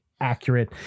accurate